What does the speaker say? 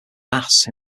masse